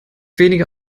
wenige